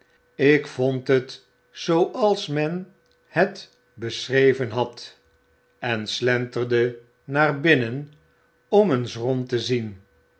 ik vond het zooals men het beschreven had en slenterde naar binnen om eens rond te zien